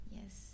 Yes